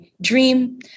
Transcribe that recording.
dream